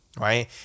right